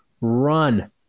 run